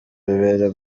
bibera